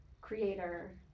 creator